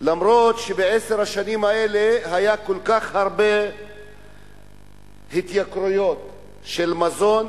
אף-על-פי שבעשר השנים האלה היו כל כך הרבה התייקרויות של מזון,